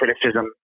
criticism